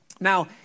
Now